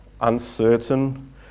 uncertain